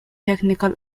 technical